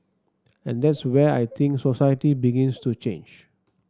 and that's where I think society begins to change